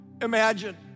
imagine